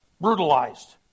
brutalized